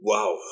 Wow